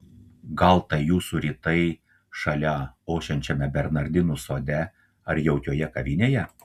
gal tai jūsų rytai šalia ošiančiame bernardinų sode ar jaukioje kavinėje